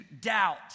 doubt